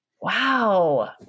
Wow